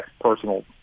personal